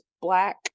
black